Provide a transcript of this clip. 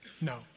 No